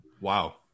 Wow